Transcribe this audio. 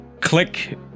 click